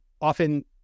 often